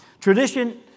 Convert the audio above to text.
Tradition